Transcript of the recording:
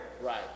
Right